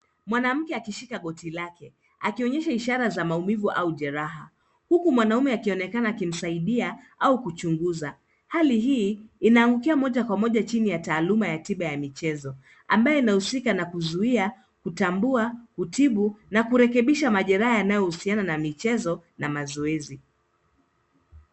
Mwanamke akishika goti lake, akionyesha ishara za maumivu au jeraha, huku mwanaume akionekana akimsaidia au kuchunguza. Hali hii inaangukia moja kwa moja chini ya taaluma ya tiba ya michezo ambayo inahusika na kuzuia, kutambua, kutibu na kurekebisha majeraha yanayohusiana na michezo na mazoezi.